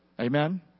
Amen